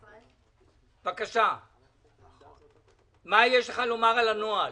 מה יש לך לומר על הנוהל?